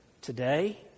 Today